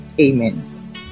amen